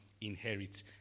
inherit